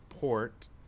port